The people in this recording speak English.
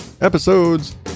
episodes